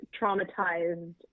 traumatized